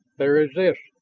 there is this,